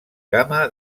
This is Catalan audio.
gamma